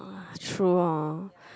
uh true hor